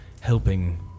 helping